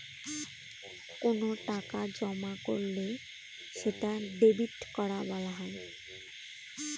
কোনো টাকা জমা করলে সেটা ডেবিট করা বলা হয়